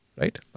Right